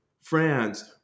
France